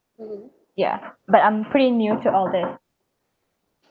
mm ya but I'm pretty new to all these